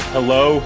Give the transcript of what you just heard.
Hello